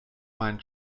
mein